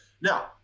Now